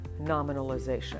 nominalization